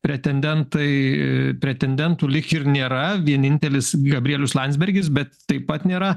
pretendentai pretendentų lyg ir nėra vienintelis gabrielius landsbergis bet taip pat nėra